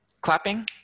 Clapping